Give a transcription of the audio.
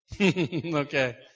Okay